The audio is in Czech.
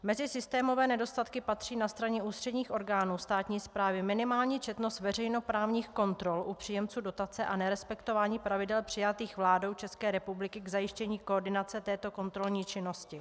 Mezi systémové nedostatky patří na straně ústředních orgánů státní správy minimální četnost veřejnoprávních kontrol u příjemců dotace a nerespektování pravidel přijatých vládou České republiky k zajištění koordinace této kontrolní činnosti.